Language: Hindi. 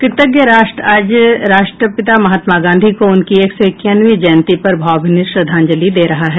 कृतज्ञ राष्ट्र आज राष्ट्रपिता महात्मा गांधी को उनकी एक सौ इक्यावनवीं जयंती पर भावभीनी श्रद्धांजलि दे रहा है